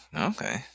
Okay